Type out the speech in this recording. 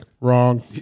wrong